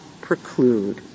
preclude